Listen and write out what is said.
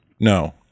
No